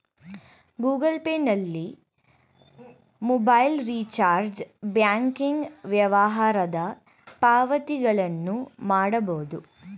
Google Pay ನಲ್ಲಿ mobile recharge, banking ವ್ಯವಹಾರದ ಪಾವತಿಗಳನ್ನು ಮಾಡಬೋದು